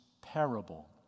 parable